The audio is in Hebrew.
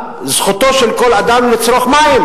זכותו של כל אדם לצרוך מים.